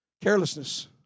carelessness